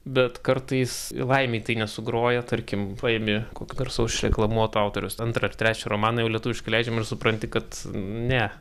bet kartais laimei tai nesugroja tarkim paimi kokio garsaus išreklamuoto autoriaus antrą ar trečią romaną jau lietuviškai išleidžiamą ir supranti kad ne